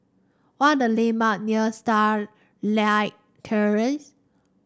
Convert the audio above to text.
what are the landmark near Starlight Terrace